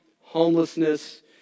homelessness